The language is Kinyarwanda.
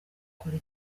akora